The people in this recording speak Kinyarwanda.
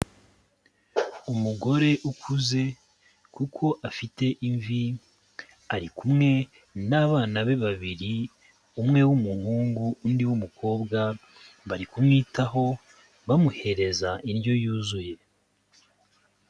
Umugore ukuze kuko afite imvi, ari kumwe n'abana be babiri; umwe w'umuhungu undi w'umukobwa, bari kumwitaho bamuhereza indyo yuzuye.